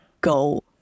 go